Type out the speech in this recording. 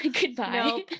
Goodbye